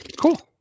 cool